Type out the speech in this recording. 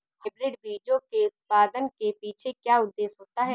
Hybrid बीजों के उत्पादन के पीछे क्या उद्देश्य होता है?